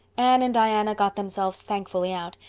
anne and diana got themselves thankfully out,